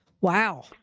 Wow